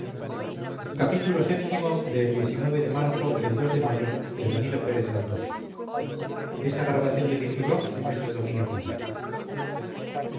xxvi xxvii xxviii xxix xxx el de marzo y el de mayo de de benito pérez